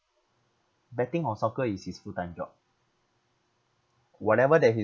betting on soccer is his full time job whatever that he's